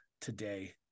today